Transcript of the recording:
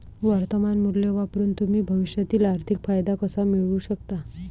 वर्तमान मूल्य वापरून तुम्ही भविष्यातील आर्थिक फायदा कसा मिळवू शकता?